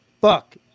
fuck